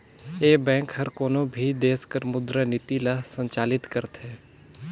ए bank हर कोनो भी देस कर मुद्रा नीति ल संचालित करथे